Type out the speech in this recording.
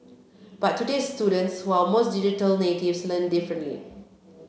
but today students who are most digital natives learn differently